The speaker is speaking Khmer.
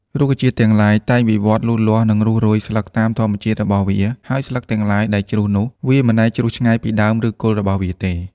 រុក្ខជាតិទាំងឡាយ តែងវិវត្តន៍លូតលាស់ និងរុះរោយស្លឹកតាមធម្មជាតិរបស់វា ហើយស្លឹកទាំងឡាយដែលជ្រុះនោះ វាមិនដែរជ្រុះឆ្ងាយពីដើម ឬគល់របស់វាទេ។